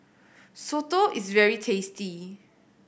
soto is very tasty